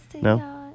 No